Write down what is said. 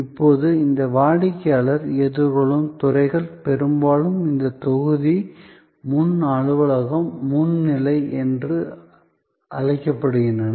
இப்போது இந்த வாடிக்கையாளர் எதிர்கொள்ளும் துறைகள் பெரும்பாலும் இந்த தொகுதி முன் அலுவலகம் முன் நிலை என்று அழைக்கப்படுகின்றன